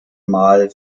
mal